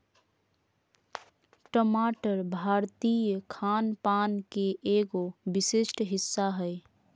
टमाटर भारतीय खान पान के एगो विशिष्ट हिस्सा हय